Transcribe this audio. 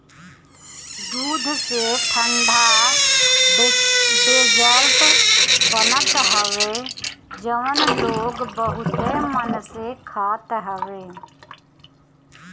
दूध से ठंडा डेजर्ट बनत हवे जवन लोग बहुते मन से खात हवे